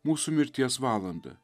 mūsų mirties valandą